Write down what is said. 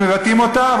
והם מבטאים אותה,